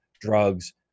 drugs